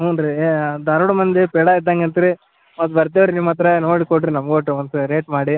ಹ್ಞೂ ರೀ ಧಾರವಾಡ ಮಂದಿ ಪೇಡ ಇದ್ದಂಗೆ ಅಂತೀರಿ ಮತ್ತು ಬರ್ತೇವೆ ರೀ ನಿಮ್ಮ ಹತ್ರ ನೋಡಿ ಕೊಡಿ ರೀ ರೇಟ್ ಮಾಡಿ